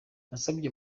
nasabye